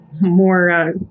more